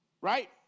Right